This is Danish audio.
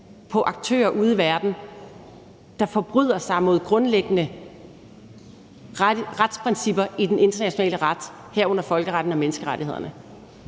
på aktører ude i verden, der forbryder sig mod grundlæggende retsprincipper i den internationale ret, herunder folkeretten og menneskerettighederne.